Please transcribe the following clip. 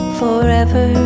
forever